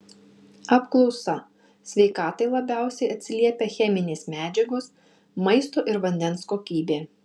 apklausa sveikatai labiausiai atsiliepia cheminės medžiagos maisto ir vandens kokybė